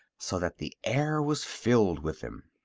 so that the air was filled with them.